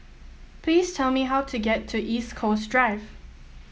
please tell me how to get to East Coast Drive